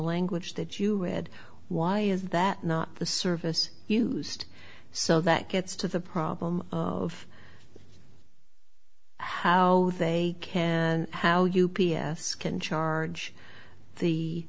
language that you read why is that not the service used so that gets to the problem of how they can how u p s can charge the